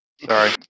Sorry